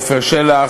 עפר שלח,